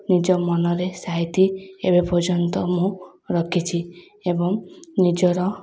ନିଜ ମନରେ ସାାଇତି ଏବେ ପର୍ଯ୍ୟନ୍ତ ମୁଁ ରଖିଛି ଏବଂ ନିଜର